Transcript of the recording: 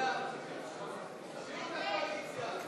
חברי הכנסת,